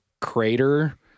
crater